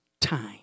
time